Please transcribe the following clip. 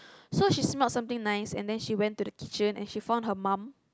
so she smelled something nice and then she went to the kitchen and she found her mum